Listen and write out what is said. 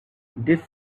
this